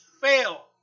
fail